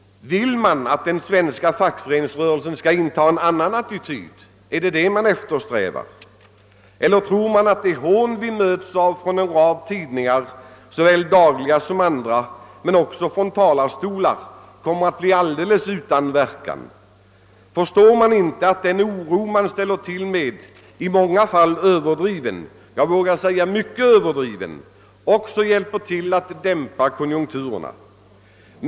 Vill man att den svenska fackföreningsrörelsen skall inta en annan attityd? Är det det man eftersträvar? Eller tror man att det hån vi möts av från en rad tidningar, såväl dagliga som andra, och även från talarstolar kommer att bli alldeles utan verkan? Förstår man inte att den oro man ställer till med, i många fall överdriven, jag vågar säga mycket överdriven, också hjälper till att dämpa konjunkturerna?